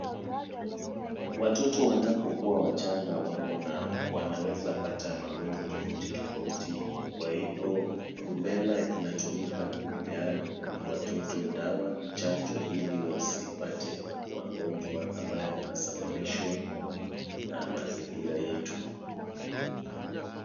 Watoto wanapokuwa wachanga wanaweza pata magonjwa tofauti tofauti kwa hivo rubella inatumika kupea watoto dawa chanjo ili wasipate magonjwa ambayo yanasababishwa na mazingira yetu.